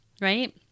right